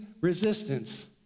resistance